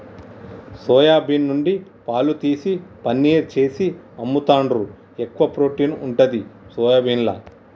soya bean నుండి పాలు తీసి పనీర్ చేసి అమ్ముతాండ్రు, ఎక్కువ ప్రోటీన్ ఉంటది సోయాబీన్ల